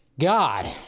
God